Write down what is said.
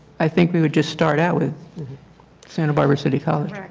i think we would just start out with santa barbara city college.